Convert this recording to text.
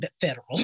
federal